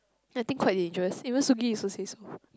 I think quite dangerous even Sugee also say so